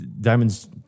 Diamonds